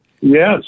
Yes